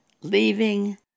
leaving